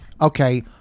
Okay